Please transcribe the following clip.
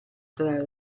tra